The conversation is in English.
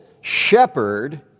shepherd